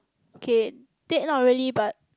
okay date not really but